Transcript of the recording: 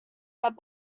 but